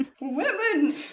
women